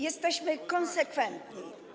Jesteśmy konsekwentni.